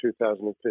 2015